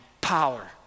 power